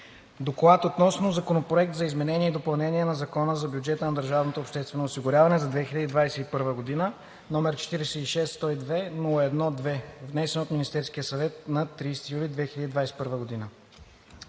„ДОКЛАД относно Законопроект за изменение и допълнение на Закона за бюджета на държавното обществено осигуряване за 2021 г., № 46-102-01-2, внесен от Министерския съвет на 30 юли 2021 г.